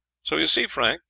so you see, frank,